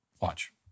Watch